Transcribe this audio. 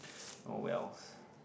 oh wells